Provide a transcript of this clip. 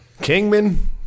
Kingman